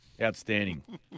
Outstanding